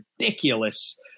ridiculous –